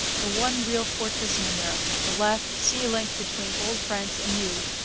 the one real fortress in america, the last sea link between old france and new,